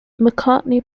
mccartney